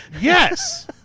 yes